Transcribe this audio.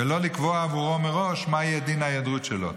ולא לקבוע עבורו מראש מה יהיה דין ההיעדרות שלו,